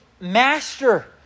master